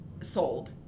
sold